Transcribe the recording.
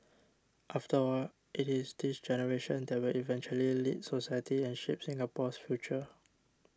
after all it is this generation that will eventually lead society and shape Singapore's future